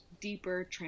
deeper